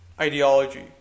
ideology